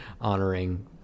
honoring